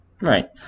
Right